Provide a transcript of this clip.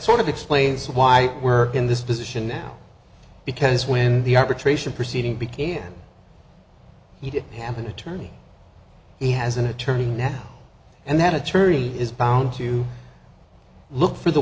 sort of explains why we're in this position now because when the arbitration proceeding began he did have an attorney he has an attorney now and then it truly is bound to look for the